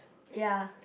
ya